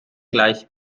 gleich